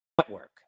Network